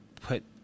put